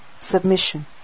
submission